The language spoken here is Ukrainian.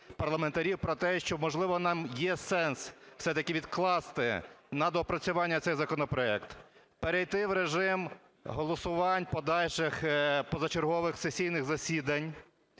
парламентарів про те, що, можливо, нам є сенс все-таки відкласти на доопрацювання цей законопроект, перейти в режим голосувань подальших позачергових сесійних засідань.